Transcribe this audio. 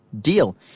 deal